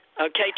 Okay